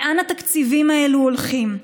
לאן התקציבים האלה הולכים,